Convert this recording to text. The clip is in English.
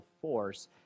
force